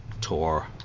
tour